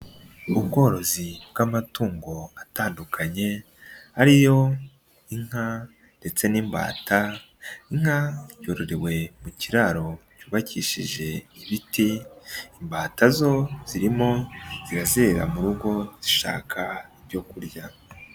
Ubworozi bw'amatungo atandukanye, ari yo inka ndetse n'imbata, inka yororewe mu kiraro cyubakishije ibiti, imbata zo zirimo zirazerera mu rugo, zishaka ibyo kurya.